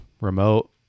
remote